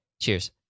Cheers